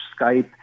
Skype